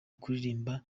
kuririmba